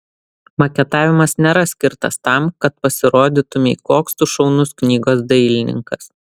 maketavimas nėra skirtas tam kad pasirodytumei koks tu šaunus knygos dailininkas